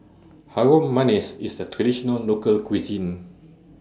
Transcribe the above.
Harum Manis IS A Traditional Local Cuisine